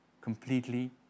completely